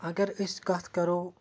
اگر أسۍ کَتھ کَرو